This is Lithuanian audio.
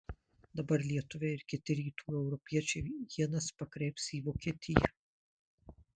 dabar lietuviai ir kiti rytų europiečiai ienas pakreips į vokietiją